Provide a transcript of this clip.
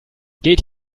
geht